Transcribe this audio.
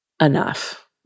enough